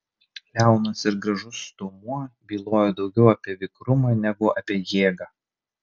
liaunas ir gražus stuomuo bylojo daugiau apie vikrumą negu apie jėgą